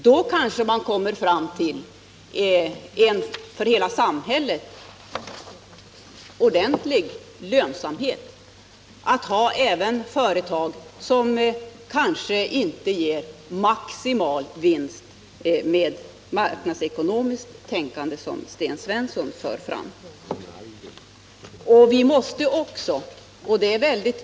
Då kanske vi kan komma fram till att det är en för hela samhället ordentlig lönsamhet att även ha företag som kanske inte ger maximal vinst enligt det marknadsekonomiska tänkande som Sten Svensson för fram. Sten Svensson pratar om rörlighet.